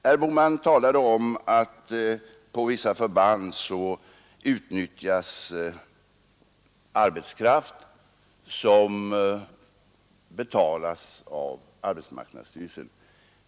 Herr Bohman talade om att på vissa förband utnyttjas arbetskraft som betalas av arbetsmarknadsstyrelsen.